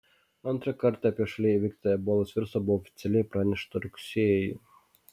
antrą kartą apie šalyje įveiktą ebolos virusą buvo oficialiai pranešta rugsėjį